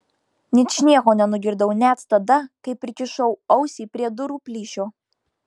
ničnieko nenugirdau net tada kai prikišau ausį prie durų plyšio